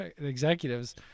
executives